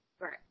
Right